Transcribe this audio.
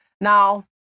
Now